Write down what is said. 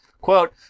Quote